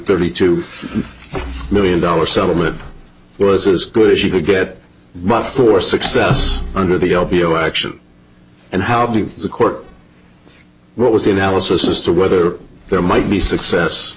thirty two million dollar settlement was as good as you could get my four success under the l b o action and how big the court what was the analysis as to whether there might be success